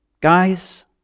Guys